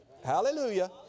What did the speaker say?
Hallelujah